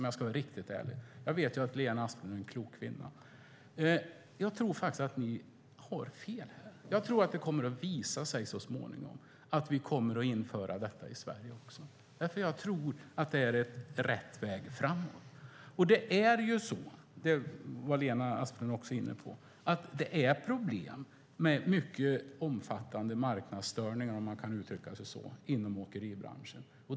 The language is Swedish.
Jag vet att Lena Asplund är en klok kvinna. Jag tror att ni har fel. Jag tror att det kommer att visa sig så småningom. Vi kommer att införa detta i Sverige. Jag tror att det är rätt väg. Man har mycket omfattande marknadsstörningar inom åkeribranschen. Det var Lena Asplund också inne på.